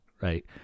right